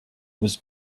was